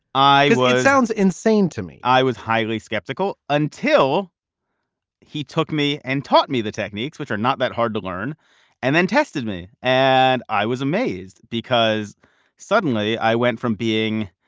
i it sounds insane to me i was highly skeptical until he took me and taught me the techniques which are not that hard to learn and then tested me. and i was amazed because suddenly i went from being,